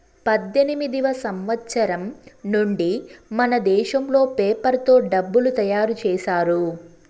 పద్దెనిమిదివ సంవచ్చరం నుండి మనదేశంలో పేపర్ తో డబ్బులు తయారు చేశారు